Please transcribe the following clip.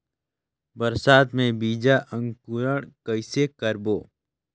बरसात मे बीजा अंकुरण कइसे करबो?